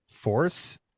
Force